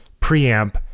preamp